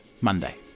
Monday